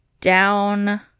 down